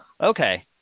Okay